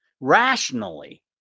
Rationally